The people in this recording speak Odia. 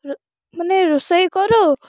ମାନେ ରୋଷେଇ କରୁ